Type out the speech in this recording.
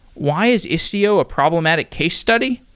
why is istio a problematic case study?